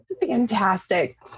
Fantastic